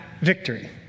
victory